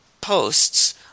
posts